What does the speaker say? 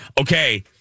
Okay